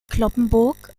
cloppenburg